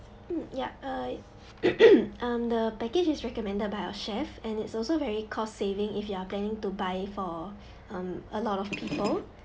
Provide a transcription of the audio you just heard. mm yup uh um the package is recommended by our chef and it's also very cost-saving if you are planning to buy for um a lot of people